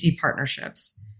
partnerships